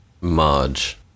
Marge